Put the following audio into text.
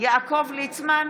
יעקב ליצמן,